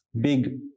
big